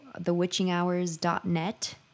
thewitchinghours.net